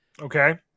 Okay